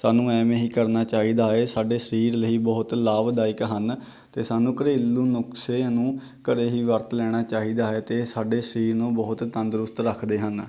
ਸਾਨੂੰ ਐਵੇਂ ਹੀ ਕਰਨਾ ਚਾਹੀਦਾ ਹੈ ਸਾਡੇ ਸਰੀਰ ਲਈ ਬਹੁਤ ਲਾਭਦਾਇਕ ਹਨ ਅਤੇ ਸਾਨੂੰ ਘਰੇਲੂ ਨੁਸਖਿਆਂ ਨੂੰ ਘਰ ਹੀ ਵਰਤ ਲੈਣਾ ਚਾਹੀਦਾ ਹੈ ਅਤੇ ਸਾਡੇ ਸਰੀਰ ਨੂੰ ਬਹੁਤ ਤੰਦਰੁਸਤ ਰੱਖਦੇ ਹਨ